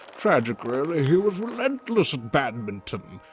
tragic, really, he was relentless at badminton.